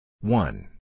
one